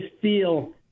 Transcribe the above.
feel